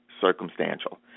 circumstantial